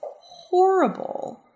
horrible